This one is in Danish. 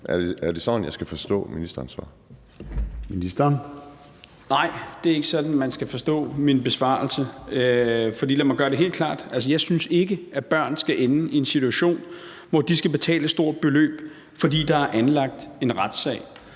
Ministeren. Kl. 14:03 Justitsministeren (Peter Hummelgaard): Nej, det er ikke sådan, man skal forstå min besvarelse. Lad mig gøre det helt klart: Altså, jeg synes ikke, at børn skal ende i en situation, hvor de skal betale et stort beløb, fordi der er anlagt en retssag.